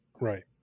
right